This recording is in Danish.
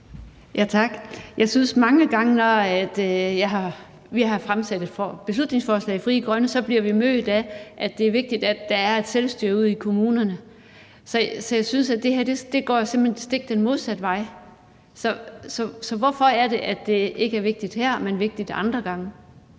Tak. Jeg synes, at vi mange gange, når vi i Frie Grønne har fremsat et beslutningsforslag, bliver mødt af det synspunkt, at det er vigtigt, at der er selvstyre ude i kommunerne. Så jeg synes, det her simpelt hen går den stik modsatte vej. Så hvorfor er det, at det ikke er vigtigt her, men vigtigt andre gange?